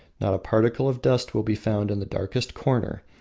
not a particle of dust will be found in the darkest corner,